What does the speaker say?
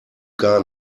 gar